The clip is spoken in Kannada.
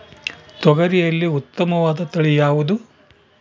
ತೊಗರಿಯಲ್ಲಿ ಉತ್ತಮವಾದ ತಳಿ ಯಾವುದು?